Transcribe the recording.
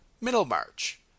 Middlemarch